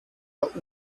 der